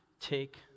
take